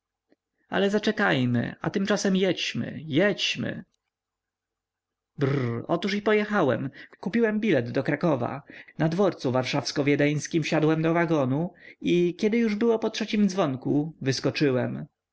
ale zaczekajmy a tymczasem jedźmy jedźmy brrr otóż i pojechałem kupiłem bilet do krakowa na dworcu warszawsko-wiedeńskim siadłem do wagonu i kiedy już było po trzecim dzwonku wyskoczyłem